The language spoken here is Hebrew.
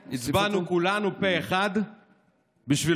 איננו.